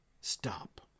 stop